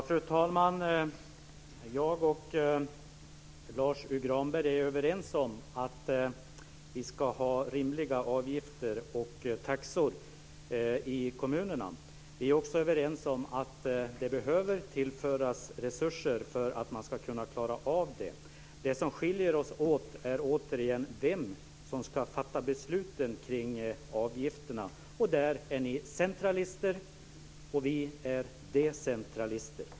Fru talman! Jag och Lars U Granberg är överens om att vi ska ha rimliga avgifter och taxor i kommunerna. Vi är också överens om att det behöver tillföras resurser för att man ska kunna klara av det. Det som skiljer oss åt är återigen frågan om vem som ska fatta besluten kring avgifterna. Där är ni centralister och vi decentralister.